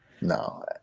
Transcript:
No